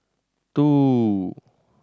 two